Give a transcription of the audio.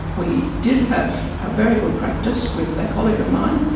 we did have a very good practice with a colleague of mine,